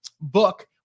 book